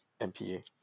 MPA